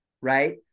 right